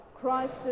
Christ